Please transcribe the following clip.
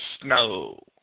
snow